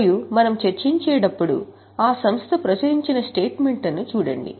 మరియు మనము చర్చించేటప్పుడు ఆ సంస్థ ప్రచురించిన స్టేట్మెంట్లను చూడండి